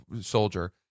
soldier